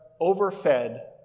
overfed